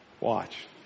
Watch